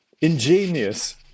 ingenious